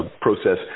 process